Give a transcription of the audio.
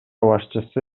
башчысы